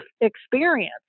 experience